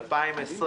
רוני,